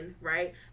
right